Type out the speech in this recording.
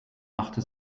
machte